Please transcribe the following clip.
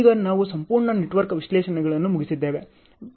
ಈಗ ನಾವು ಸಂಪೂರ್ಣ ನೆಟ್ವರ್ಕ್ ವಿಶ್ಲೇಷಣೆಯನ್ನು ಮುಗಿಸಿದ್ದೇವೆ